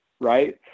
right